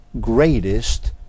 greatest